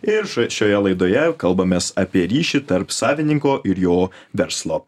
ir šo šioje laidoje kalbamės apie ryšį tarp savininko ir jo verslo